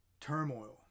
turmoil